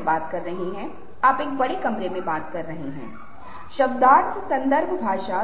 का प्रयास करने में सक्षम हैं क्या आप इस भावनाओं का अनुमान लगाने में सक्षम हैं